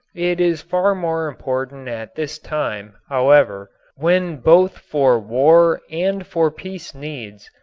it is far more important at this time, however, when both for war and for peace needs,